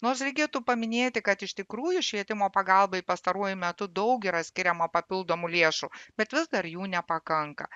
nors reikėtų paminėti kad iš tikrųjų švietimo pagalbai pastaruoju metu daug yra skiriama papildomų lėšų bet vis dar jų nepakanka